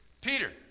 Peter